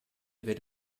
avait